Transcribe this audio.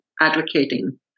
advocating